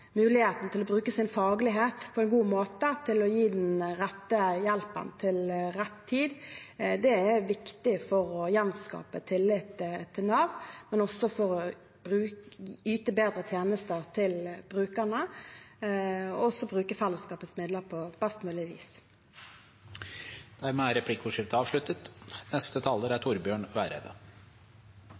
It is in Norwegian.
muligheten til å bruke sin faglighet på en god måte til å gi den rette hjelpen til rett tid, er viktig for å gjenskape tillit til Nav, for å yte bedre tjenester til brukerne og også for å bruke felleskapets midler på best mulig vis. Replikkordskiftet er avsluttet.